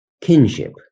kinship